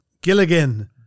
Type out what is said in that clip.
Gilligan